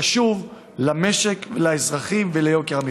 וזה חשוב למשק ולאזרחים וליוקר המחיה.